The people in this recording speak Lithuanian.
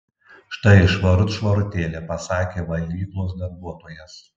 štai švarut švarutėlė pasakė valyklos darbuotojas